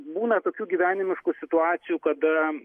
būna tokių gyvenimiškų situacijų kada